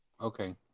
Okay